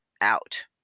out